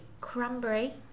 cranberry